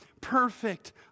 perfect